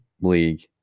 league